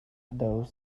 though